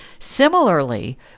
Similarly